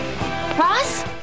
Ross